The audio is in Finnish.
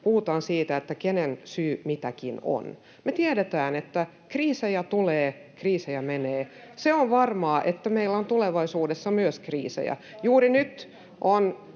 puhutaan siitä, kenen syy mikäkin on. Me tiedetään, että kriisejä tulee, kriisejä menee. Se on varmaa, että meillä on tulevaisuudessa myös kriisejä. Juuri nyt on